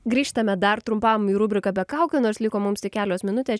grįžtame dar trumpam į rubriką be kaukių nors liko mums tik kelios minutės